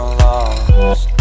lost